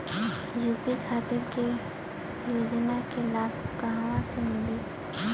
UP खातिर के योजना के लाभ कहवा से मिली?